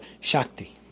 Shakti